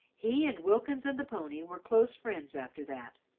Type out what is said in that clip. he and wilkins and the pony were close friends after that.